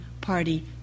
party